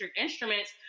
instruments